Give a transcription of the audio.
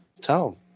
Tell